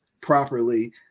properly